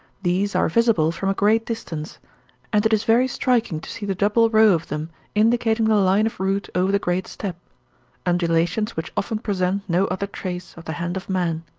these are visible from a great distance and it is very striking to see the double row of them indicating the line of route over the great steppe undulations which often present no other trace of the hand of man.